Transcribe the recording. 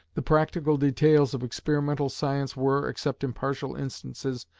the practical details of experimental science were, except in partial instances,